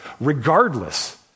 regardless